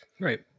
Right